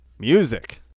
Music